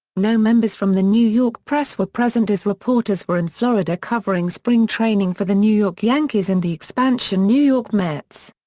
no members from the new york press were present as reporters were in florida covering spring training for the new york yankees and the expansion new york mets.